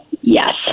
yes